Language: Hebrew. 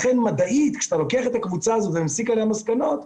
לכן מדעית כשאתה לוקח את הקבוצה הזאת ומסיק עליה מסקנות,